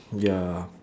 oh ya